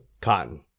Cotton